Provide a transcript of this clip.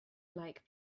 like